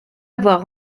avoir